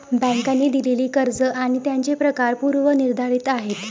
बँकांनी दिलेली कर्ज आणि त्यांचे प्रकार पूर्व निर्धारित आहेत